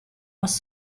was